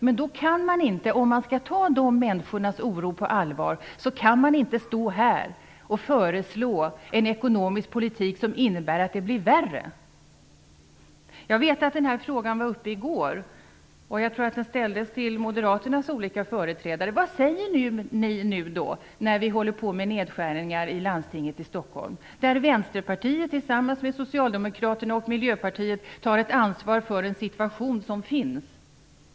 Men om man skall ta de människornas oro på allvar kan man inte stå här och föreslå en ekonomisk politik som innebär att det blir värre. Jag vet att den här frågan var uppe i går, och jag tror att den ställdes till moderaternas olika företrädare: Vad säger ni nu när vi håller på med nedskärningar i landstinget i Stockholm, där Vänsterpartiet tillsammans med Socialdemokraterna och Miljöpartiet tar ett ansvar för den situation som finns?